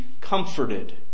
comforted